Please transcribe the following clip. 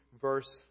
verse